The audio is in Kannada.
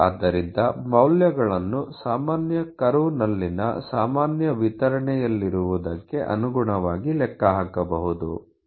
ಆದ್ದರಿಂದ ಮೌಲ್ಯಗಳನ್ನು ಸಾಮಾನ್ಯ ಕರ್ವ್ ನಲ್ಲಿನ ಸಾಮಾನ್ಯ ವಿತರಣೆಯಲ್ಲಿರುವುದಕ್ಕೆ ಅನುಗುಣವಾಗಿ ಲೆಕ್ಕಹಾಕಬಹುದು